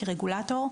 כרגולטור.